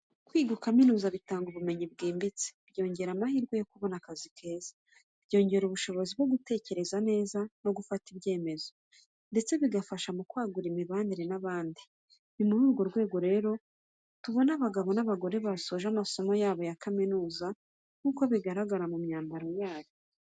Kwiga ukaminuza bitanga ubumenyi bwimbitse, byongera amahirwe yo kubona akazi keza, byongera ubushobozi bwo gutekereza neza no gufata ibyemezo, ndetse bigafasha mu kwagura imibanire n’abandi. Ni muri urwo rwego rero tubona abagabo n'abagore basoje amasomo yabo ya kaminuza nk'uko bigaragara mu myambaro yabo.